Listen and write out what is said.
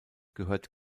gehört